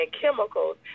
chemicals